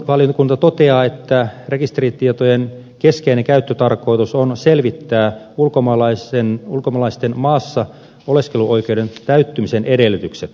hallintovaliokunta toteaa että rekisteritietojen keskeinen käyttötarkoitus on selvittää ulkomaalaisten maassa oleskeluoikeuden täyttymisen edellytykset